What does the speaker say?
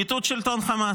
בבקשה.